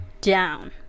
down